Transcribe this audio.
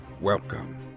Welcome